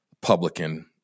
publican